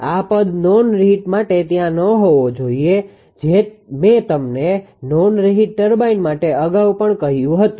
આ પદ non reheat માટે ત્યાં ન હોવો જોઈએ કે જે મે તમને નોન રિહિટ ટર્બાઇન માટે અગાઉ પણ કહ્યું હતું